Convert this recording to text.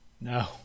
No